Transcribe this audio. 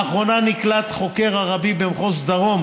לאחרונה נקלט חוקר ערבי במחוז הדרום,